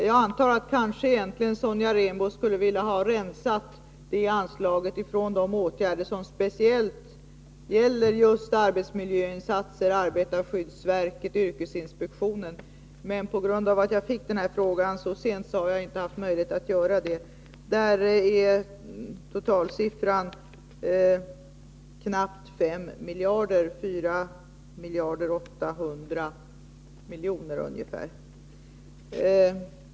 Jag antar att Sonja Rembo egentligen ville ha det här anslaget rensat från de åtgärder som speciellt gäller arbetsmiljöinsatser, arbetarskyddsverket och yrkesinspektionen. På grund av att jag fick frågan så sent har jag inte haft möjlighet att göra det. Där är totalsiffran ungefär 4 miljarder 800 miljoner.